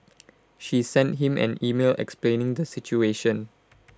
she sent him an email explaining the situation